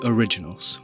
Originals